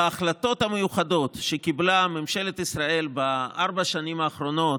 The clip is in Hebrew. ההחלטות המיוחדות שקיבלה ממשלת ישראל בארבע השנים האחרונות,